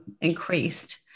increased